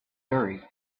surrey